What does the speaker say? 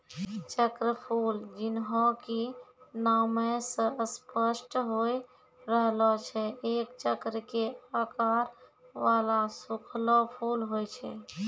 चक्रफूल जैन्हों कि नामै स स्पष्ट होय रहलो छै एक चक्र के आकार वाला सूखलो फूल होय छै